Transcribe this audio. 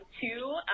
two